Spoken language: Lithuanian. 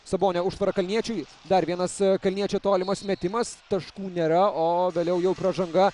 sabonio užtvara kalniečiui dar vienas kalniečio tolimas metimas taškų nėra o vėliau jau pražanga